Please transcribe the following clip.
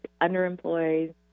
underemployed